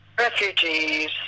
Refugees